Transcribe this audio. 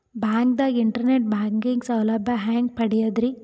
ಬ್ಯಾಂಕ್ದಾಗ internet banking ಸೌಲಭ್ಯ ಹೆಂಗ್ ಪಡಿಯದ್ರಿ?